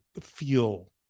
feel